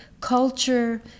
culture